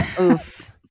Oof